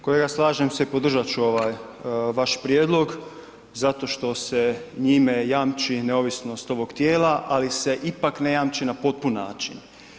Kolega slažem se, podržat ću ovaj vaš prijedlog zato što se njime jamči neovisnost ovog tijela, ali se ipak ne jamči na potpun način.